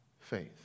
faith